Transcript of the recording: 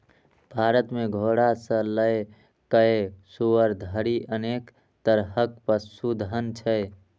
भारत मे घोड़ा सं लए कए सुअर धरि अनेक तरहक पशुधन छै